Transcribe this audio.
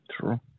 True